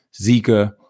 Zika